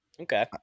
Okay